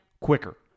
quicker